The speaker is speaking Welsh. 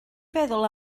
feddwl